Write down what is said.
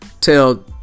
tell